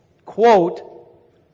Quote